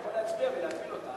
אתה יכול להצביע ולהפיל אותה,